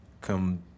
come